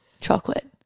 Chocolate